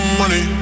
money